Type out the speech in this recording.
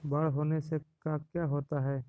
बाढ़ होने से का क्या होता है?